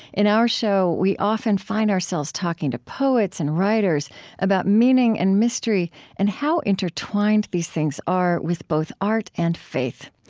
in our show, we often find ourselves talking to poets and writers about meaning and mystery and how intertwined these things are with both art and faith.